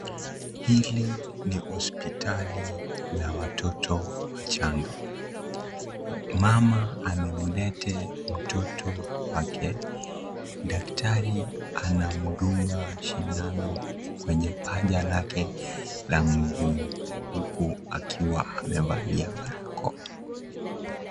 Hili ni hospitali ya watoto wachanga. Mama amemlete mtoto wake daktari anamdunga sindano kwenye paja lake la mguu huku akiwa amevalia barakoa.